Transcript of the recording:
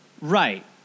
Right